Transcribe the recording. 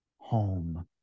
home